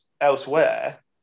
elsewhere